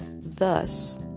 thus